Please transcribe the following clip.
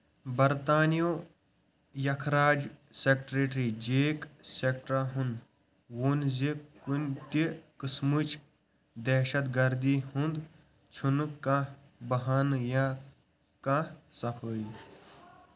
برطانِیُک یخراج secretary Jack سٹراہَن ووٚن زِ کُنہِ تہِ قٕسمٕچ دٔہشت گردی ہُنٛد چھُنہٕ کانٛہہ بہانہٕ یا کانٛہہ صفٲیی